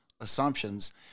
assumptions